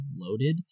loaded